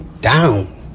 down